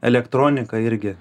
elektronika irgi